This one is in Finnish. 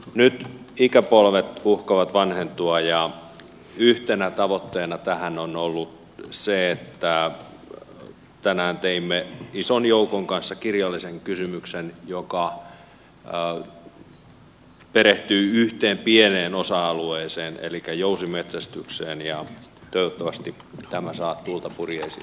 nyt ikäpolvet uhkaavat vanhentua ja yhtenä tavoitteena tähän on ollut se että tänään teimme ison joukon kanssa kirjallisen kysymyksen joka perehtyy yhteen pieneen osa alueeseen elikkä jousimetsästykseen ja toivottavasti tämä saa tuulta purjeisiinsa